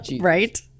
Right